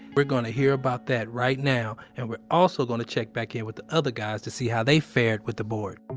we're going to hear about that right now, and we're also gonna check back in with the other guys to see how they fared with the board.